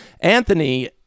anthony